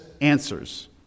answers